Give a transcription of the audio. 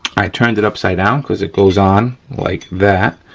i turned it upside down cause it goes on like that.